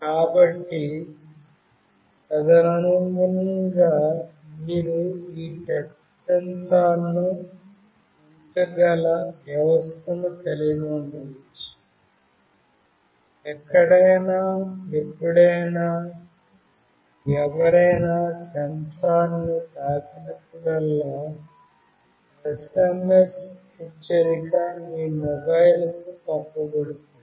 కాబట్టి తదనుగుణంగా మీరు ఈ టచ్ సెన్సార్ ను ఉంచగల వ్యవస్థను కలిగి ఉండవచ్చు ఎక్కడైనా ఎప్పుడైనా ఎవరైనా సెన్సార్ను తాకినప్పుడల్లా SMS హెచ్చరిక మీ మొబైల్కు పంపబడుతుంది